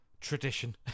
Tradition